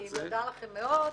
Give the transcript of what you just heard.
אני מודה לכם מאוד.